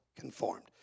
conformed